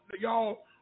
y'all